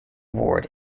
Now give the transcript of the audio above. ward